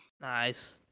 Nice